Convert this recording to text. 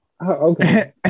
Okay